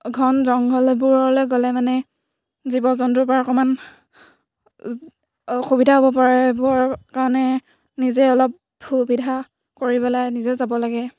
ঘন জংঘল এইবোৰলৈ গ'লে মানে জীৱ জন্তুৰ পৰা অকণমান অসুবিধা হ'ব পাৰে এইবোৰৰ কাৰণে নিজে অলপ সুবিধা কৰি পেলাই নিজে যাব লাগে